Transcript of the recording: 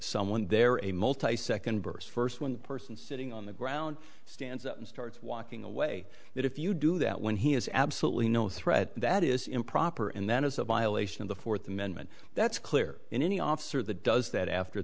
someone there are a multiset can burst first one person sitting on the ground stands up and starts walking away if you do that when he has absolutely no threat that is improper and then it's a violation of the fourth amendment that's clear in any officer that does that after